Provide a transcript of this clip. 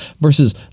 versus